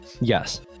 Yes